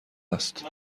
است